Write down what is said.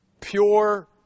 pure